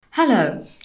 Hello